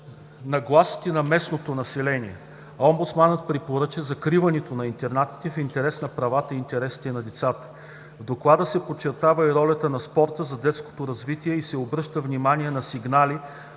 нагласите на местното население. Омбудсманът препоръчва закриване на интернатите в интерес на правата и интересите на децата. В Доклада се подчертава и ролята на спорта за детското развитие и се обръща внимание на сигнали,